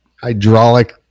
Hydraulic